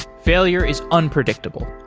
failure is unpredictable.